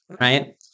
right